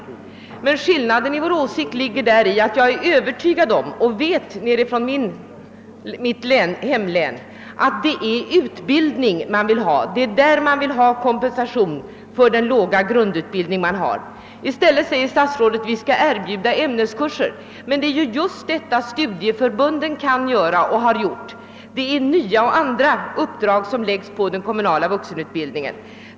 Javisst, men skillnaden i våra åsikter är tydlig. Jag är övertygad om och vet från mitt hemlän att det är utbildning människor vill ha, man vill ha kompensation för den låga grundutbildningen. Statsrådet säger att vi skall erbjuda ämneskurser. Men det är just detta som studieförbunden kan göra och har gjort. Det är nya och andra uppgifter som skall läggas på den kommunala vuxenutbildningen.